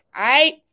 right